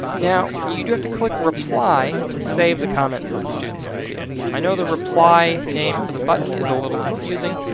now you do have to click reply to save the comment so that students can see it. i know the reply name for the button is a little confusing.